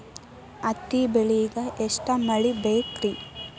ಹತ್ತಿ ಬೆಳಿಗ ಎಷ್ಟ ಮಳಿ ಬೇಕ್ ರಿ?